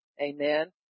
Amen